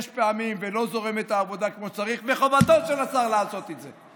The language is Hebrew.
יש פעמים שהעבודה לא זורמת כמו שצריך ומחובתו של השר לעשות את זה.